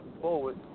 forward